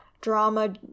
drama